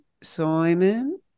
Simon